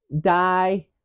Die